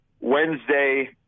Wednesday